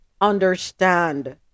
understand